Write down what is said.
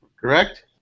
correct